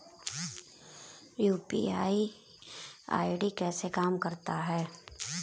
UPI ID कैसे काम करता है?